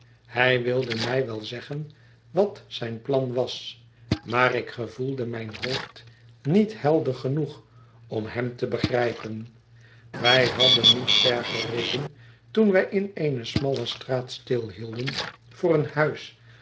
hij wilde mij wel zeggen wat zijn plan was maar ik gevoelde mijn hoofd niet helder genoeg om hem te begrijpen wij hadden niet ver gereden toen wij in eene smalle straat stilhielden voor een huis